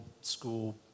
school